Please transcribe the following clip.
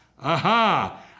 Aha